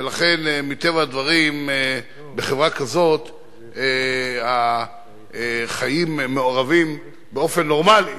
ולכן מטבע הדברים בחברה כזאת החיים הם מעורבים באופן נורמלי,